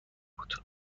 بود